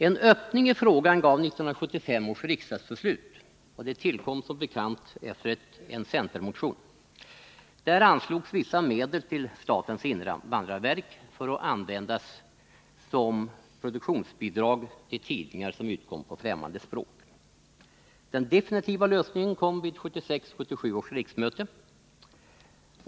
En öppning i frågan gav 1975 års riksdagsbeslut — som bekant efter en centermotion — där vissa medel anslogs till statens invandrarverk för att användas som produktionsbidrag till tidningar som utkom på främmande språk. Den definitiva lösningen kom vid 1976/77 års riksmöte.